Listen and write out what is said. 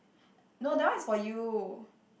no that one is for you